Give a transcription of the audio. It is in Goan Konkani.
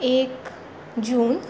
एक जून